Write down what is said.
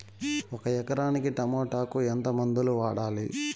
ఒక ఎకరాకి టమోటా కు ఎంత మందులు వాడాలి?